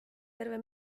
terve